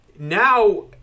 Now